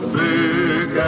big